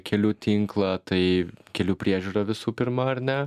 kelių tinklą tai kelių priežiūra visų pirma ar ne